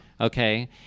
Okay